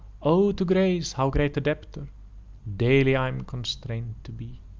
o! to grace how great a debtor daily i'm constrain'd to be!